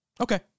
Okay